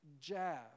jab